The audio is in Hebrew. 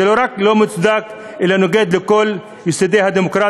זה לא רק לא מוצדק אלא זה נוגד את כל יסודות הדמוקרטיה